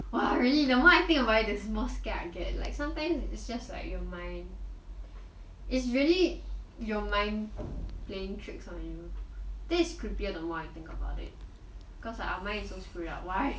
!wah! really the more I think about it the more scared I get like sometimes it's just like your mind it's really your mind playing tricks on you this is creepier the more I think about it cause our mind is so screwed up why